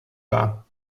war